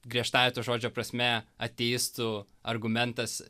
griežtąja to žodžio prasme ateistų argumentas